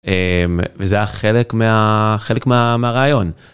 וזה היה חלק מה.. חלק מהרעיון.